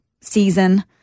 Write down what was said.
season